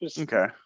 Okay